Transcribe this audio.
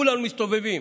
כולנו מסתובבים.